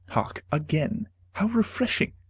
hark, again how refreshing!